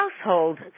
household